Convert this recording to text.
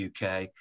uk